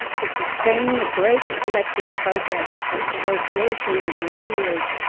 to sustain the great collective progress of associations and ideas,